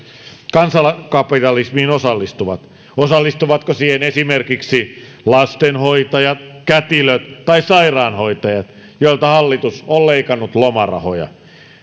kansankapitalismiin osallistuvat osallistuvatko siihen esimerkiksi lastenhoitajat kätilöt tai sairaanhoitajat joilta hallitus on leikannut lomarahoja